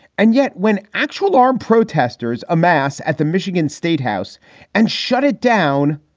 and yet when actual armed protesters amass at the michigan state house and shut it down.